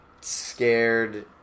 scared